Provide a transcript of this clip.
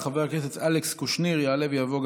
חבר הכנסת אלכס קושניר יעלה ויבוא.